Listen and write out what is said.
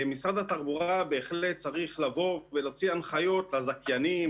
משרד התחבורה בהחלט צריך לבוא ולהוציא הנחיות לזכיינים,